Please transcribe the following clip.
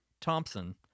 Thompson